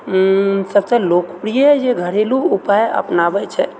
सबसँ लोकप्रिय जे घरेलु उपाय अपनाबै छै